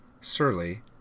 surly